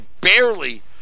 barely